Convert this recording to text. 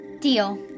Deal